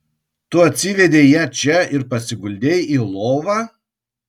tu atsivedei ją čia ir pasiguldei į lovą